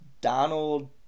Donald